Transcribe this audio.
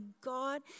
God